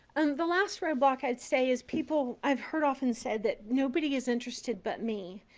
and the last roadblock i'd say is people i've heard often said that nobody is interested but me.